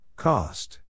Cost